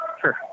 Sure